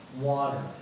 water